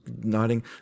nodding